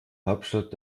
hauptstadt